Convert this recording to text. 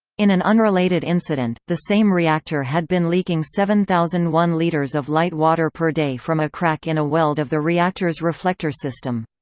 in an unrelated incident, the same reactor had been leaking seven thousand and one litres of light water per day from a crack in a weld of the reactor's reflector system.